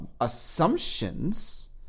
assumptions